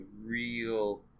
real